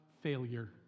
failure